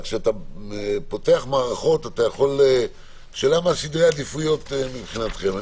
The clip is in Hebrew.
השאלה היא מה סדרי העדיפויות מבחינתכם.